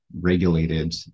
regulated